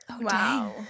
Wow